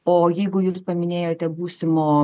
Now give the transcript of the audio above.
o jeigu jūs paminėjote būsimo